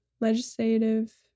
legislative